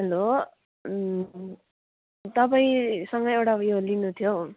hello तपाईँसँग एउटा उयो लिनु थियो